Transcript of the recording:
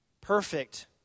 perfect